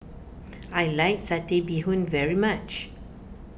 I like Satay Bee Hoon very much